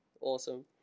Awesome